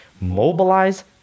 mobilize